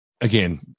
Again